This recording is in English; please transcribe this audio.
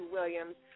Williams